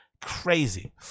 Crazy